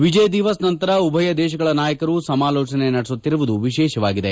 ವಿಜಯ್ ದಿವಸ್ ನಂತರ ಉಭಯ ದೇಶಗಳ ನಾಯಕರು ಸಮಾಲೋಚನೆ ನಡೆಸುತ್ತಿರುವುದು ವಿಶೇಷವಾಗಿದೆ